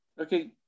Okay